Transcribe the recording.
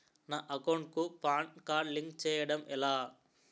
నా అకౌంట్ కు PAN card link చేయడం ఎలా?